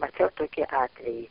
mačiau tokį atvejį